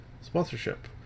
sponsorship